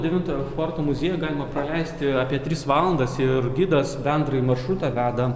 devintojo forto muziejuje galima praleisti apie tris valandas ir gidas bendrąjį maršrutą veda